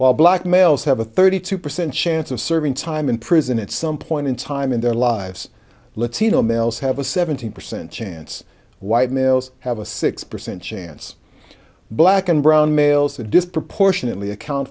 while black males have a thirty two percent chance of serving time in prison at some point in time in their lives latino males have a seventy percent chance white males have a six percent chance black and brown males and disproportionately account